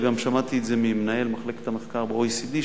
וגם שמעתי את זה ממנהל מחלקת המחקר ב-OECD,